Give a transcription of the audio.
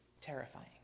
terrifying